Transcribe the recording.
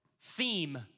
theme